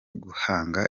guhanga